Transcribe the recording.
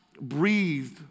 breathed